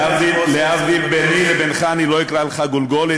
להבדיל ביני לבינך, אני לא אקרא לך "גולגולת".